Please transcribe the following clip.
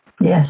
Yes